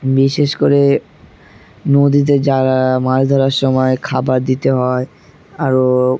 বিশেষ করে নদীতে যারা মাছ ধরার সময় খাবার দিতে হয় আরও